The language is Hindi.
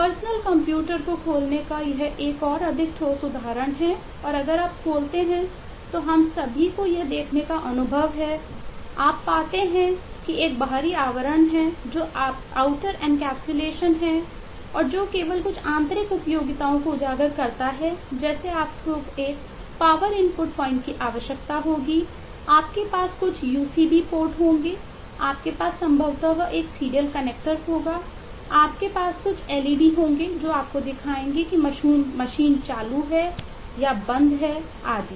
पर्सनल कंप्यूटर होंगे जो आपको दिखाएंगे कि मशीन चालू है या बंद है आदि